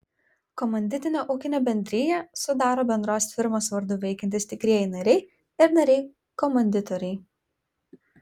komanditinę ūkinę bendriją sudaro bendros firmos vardu veikiantys tikrieji nariai ir nariai komanditoriai